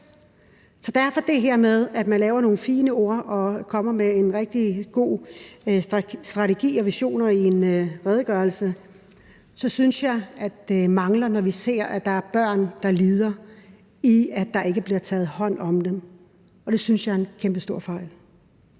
til det her med, at man skriver nogle fine ord og kommer med en rigtig god strategi og vision i en redegørelse, så synes jeg, at der er mangler, når vi ser, at der er børn, der lider, i forhold til at der ikke bliver taget hånd om dem. Og det synes jeg er en kæmpestor fejl.